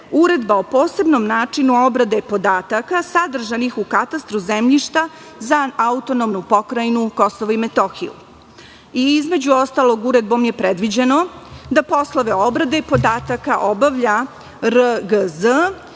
Uredba o posebnom načinu obrade podataka sadržanih u Katastru zemljišta za AP KiM. Između ostalog, uredbom je predviđeno da poslove obrade podataka obavlja RGZ